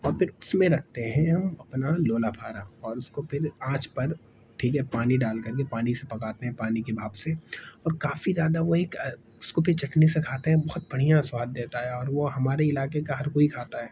اور پھر اس میں رکھتے ہیں ہم اپنا لولا پھارا اور اس کو پھر آنچ پر ٹھیک ہے پانی ڈال کر کے پانی سے پکاتے ہیں پانی کے بھاپ سے اور کافی زیادہ وہ ایک اس کو پھر چٹنی سے کھاتے ہیں بہت بڑھیاں سواد دیتا ہے اور وہ ہمارے علاقے کا ہر کوئی کھاتا ہے